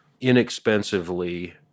inexpensively